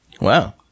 Wow